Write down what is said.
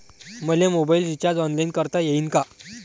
मले mobile recharge online करता येईन का?